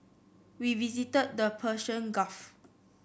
we visited the Persian Gulf